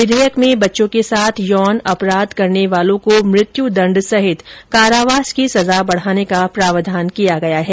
विधेयक में बच्चों के साथ यौन अपराध करने वालों को मृत्यू दण्ड सहित कारावास की सजा बढ़ाने का प्रावधान किया गया है